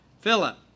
Philip